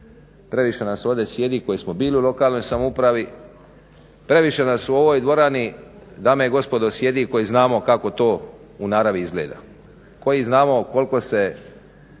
previše nas u ovoj dvorani dame i gospodo sjedi koji znamo kako to u naravi izgleda, koji znamo koliko se